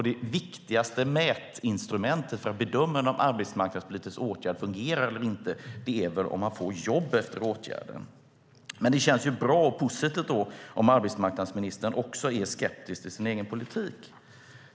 Det viktigaste mätinstrumentet för att bedöma om en arbetsmarknadspolitisk åtgärd fungerar eller inte är väl om man får jobb efter åtgärden. Men det känns bra och positivt om också arbetsmarknadsministern är skeptisk till sin egen politik.